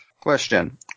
Question